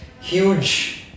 huge